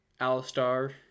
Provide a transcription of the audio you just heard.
Alistar